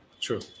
true